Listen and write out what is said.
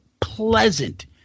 pleasant